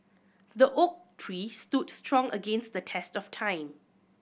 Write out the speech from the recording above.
the oak tree stood strong against the test of time